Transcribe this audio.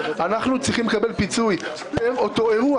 אנחנו צריכים לקבל פיצוי פר אותו אירוע.